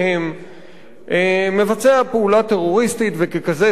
מבצע פעולה טרוריסטית, וככזה צריך להיאבק בו.